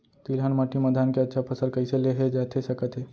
तिलहन माटी मा धान के अच्छा फसल कइसे लेहे जाथे सकत हे?